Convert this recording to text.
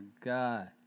God